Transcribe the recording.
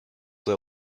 they